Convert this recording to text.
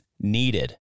needed